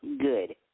good